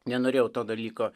nenorėjau to dalyko